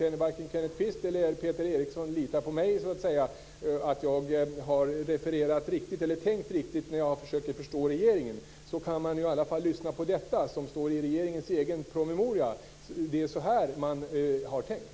Om varken Kenneth Kvist eller Peter Eriksson litar på att jag har tänkt rätt när jag har försökt förstå regeringen, kan de i alla fall tro mig nu, när jag läst innantill i regeringens egen promemoria. Det är så här man har tänkt.